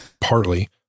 partly